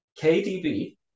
KDB